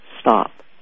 stop